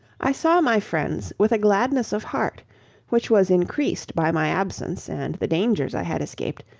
i saw my friends with a gladness of heart which was increased by my absence and the dangers i had escaped,